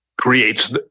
creates